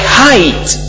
height